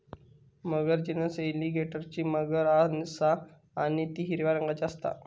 मगर genus एलीगेटरची मगर असा आणि ती हिरव्या रंगाची असता